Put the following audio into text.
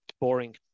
boring